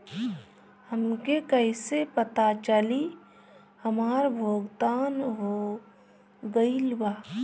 हमके कईसे पता चली हमार भुगतान हो गईल बा?